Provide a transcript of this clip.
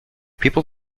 people